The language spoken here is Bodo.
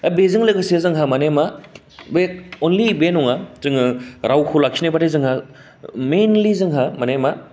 दा बेजों लोगोसे जोंहा मानि मा बे अनलि बे नङा जोङो रावखौ लाखिनोबाथाइ जोंहा मेइनलि जोंहा माने मा